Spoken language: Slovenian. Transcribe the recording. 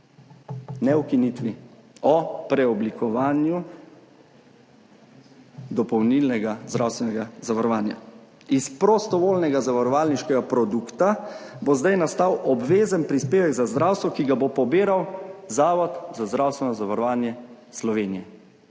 ne ukinitvi, o preoblikovanju dopolnilnega zdravstvenega zavarovanja. Iz prostovoljnega zavarovalniškega produkta bo zdaj nastal obvezen prispevek za zdravstvo, ki ga bo pobiral Zavod za zdravstveno zavarovanje Slovenije.